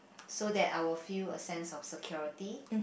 so that I will feel a sense of security